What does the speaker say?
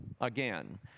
again